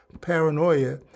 paranoia